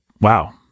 wow